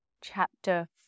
Chapter